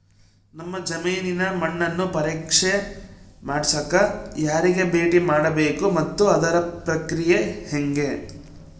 ನಮ್ಮ ಜಮೇನಿನ ಮಣ್ಣನ್ನು ಪರೇಕ್ಷೆ ಮಾಡ್ಸಕ ಯಾರಿಗೆ ಭೇಟಿ ಮಾಡಬೇಕು ಮತ್ತು ಅದರ ಪ್ರಕ್ರಿಯೆ ಹೆಂಗೆ?